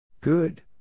Good